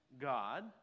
God